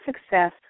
success